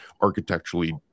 architecturally